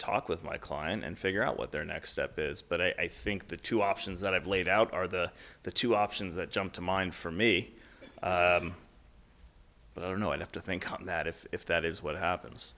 talk with my client and figure out what their next step is but i think the two options that i've laid out are the the two options that jump to mind for me but i don't know enough to think that if if that is what happens